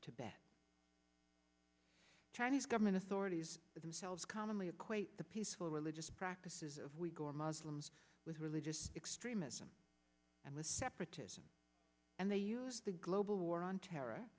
tibet chinese government authorities themselves commonly equate the peaceful religious practices of wego or muslims with religious extremism and with separatism and they use the global war on terror